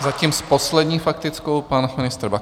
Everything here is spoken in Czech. Zatím s poslední faktickou pan ministr Baxa.